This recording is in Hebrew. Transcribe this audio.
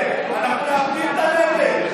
(חבר הכנסת אופיר כץ יוצא מאולם המליאה.)